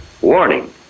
Warning